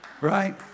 Right